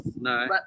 No